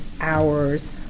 hours